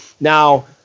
now